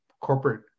corporate